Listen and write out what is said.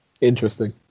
Interesting